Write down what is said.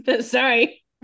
Sorry